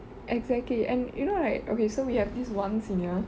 exactly and you know right okay so we have this one senior